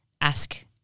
ask